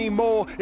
more